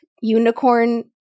unicorn